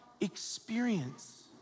experience